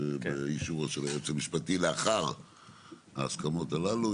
באישורו של היועץ המשפטי לאחר ההסכמות הללו.